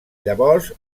llavors